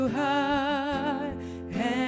high